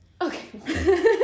okay